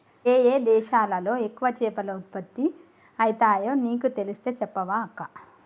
ఏయే దేశాలలో ఎక్కువ చేపలు ఉత్పత్తి అయితాయో నీకు తెలిస్తే చెప్పవ అక్కా